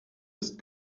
ist